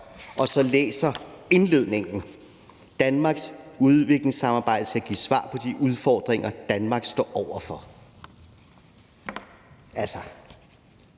og læser indledningen, står der: »Danmarks udviklingssamarbejde skal give svar på de udfordringer, Danmark står overfor